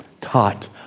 taught